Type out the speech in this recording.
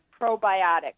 probiotics